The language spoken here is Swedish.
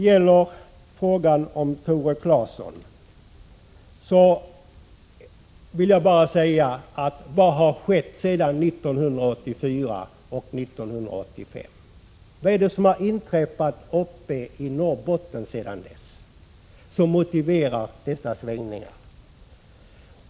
med hatufresidskr Tore Claeson vill jag bara fråga: Vad är det som har inträffat uppe i m Hå Norrbotten sedan 1984 och 1985 som motiverar dessa svängningar?